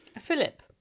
Philip